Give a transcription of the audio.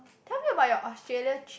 tell me about your Australia trip